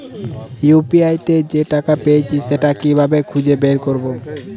UPI তে যে টাকা পেয়েছি সেটা কিভাবে খুঁজে বের করবো?